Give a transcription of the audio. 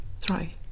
try